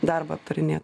darbą aptarinėt